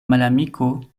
malamiko